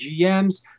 GMs